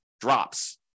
drops